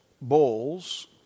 bowls